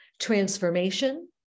Transformation